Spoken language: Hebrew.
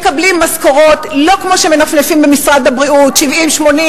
מקבלים משכורות לא כמו שמנפנפים במשרד הבריאות: "70,000,